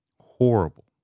horrible